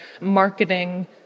marketing